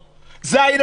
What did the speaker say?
היא לא במקום.